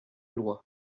loi